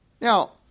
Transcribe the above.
Now